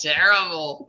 Terrible